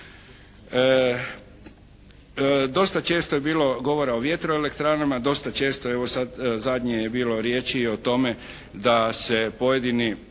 Dosta često je bilo govora o vjetroelektranama. Dosta često, evo sad zadnje je bilo riječi i o tome da se pojedini